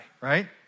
right